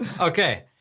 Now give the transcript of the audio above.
Okay